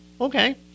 Okay